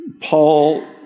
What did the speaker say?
Paul